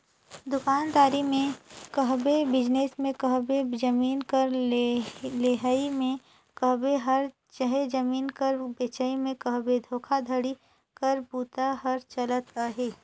दुकानदारी में कहबे, बिजनेस में कहबे, जमीन कर लेहई में कहबे चहे जमीन कर बेंचई में कहबे धोखाघड़ी कर बूता हर चलते अहे